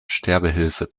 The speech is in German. sterbehilfe